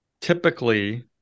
typically